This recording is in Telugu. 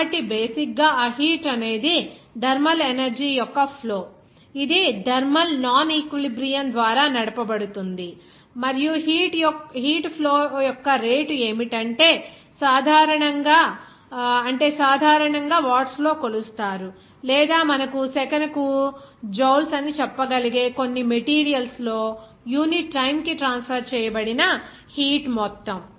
కాబట్టి బేసిక్ గా ఆ హీట్ అనేది థర్మల్ ఎనర్జీ యొక్క ఫ్లో ఇది థర్మల్ నాన్ ఈక్విలిబ్రియం ద్వారా నడపబడుతుంది మరియు హీట్ ఫ్లో యొక్క రేటు ఏమిటంటే సాధారణంగా అంటే సాధారణంగా వాట్స్లో కొలుస్తారు లేదా మనకు సెకనుకు జూల్స్ అని చెప్పగలిగే కొన్ని మెటీరియల్స్ లో యూనిట్ టైమ్ కి ట్రాన్స్ఫర్ చేయబడిన హీట్ మొత్తం